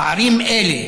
פערים אלה